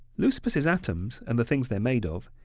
leucippus's atoms, and the things they're made of,